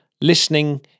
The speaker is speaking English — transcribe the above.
listening